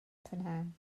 prynhawn